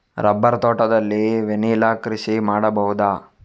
Rubber ತೋಟದಲ್ಲಿ vanilla ಕೃಷಿ ಮಾಡಬಹುದಾ?